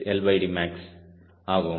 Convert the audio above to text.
866max ஆகும்